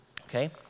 Okay